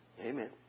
Amen